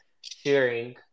sharing